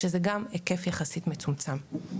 שזה גם היקף יחסית מצומצם.